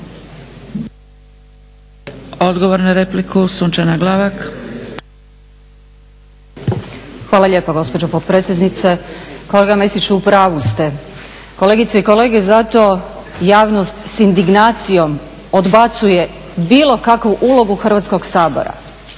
Glavak. **Glavak, Sunčana (HDZ)** Hvala lijepa gospođo potpredsjednice. Kolega Mesić, u pravu ste. Kolegice i kolege, zato javnost s indignacijom odbacuje bilo kakvu ulogu Hrvatskog sabora.